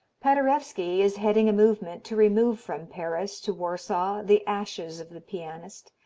paderewski is heading a movement to remove from paris to warsaw the ashes of the pianist,